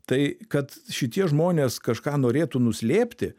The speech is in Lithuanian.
tai kad šitie žmonės kažką norėtų nuslėpti